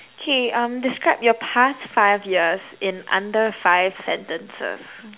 K um describe your past five years in under five sentences